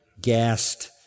gassed